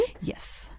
Yes